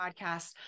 podcast